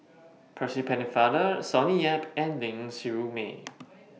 Percy Pennefather Sonny Yap and Ling Siew May